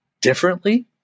differently